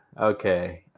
okay